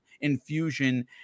infusion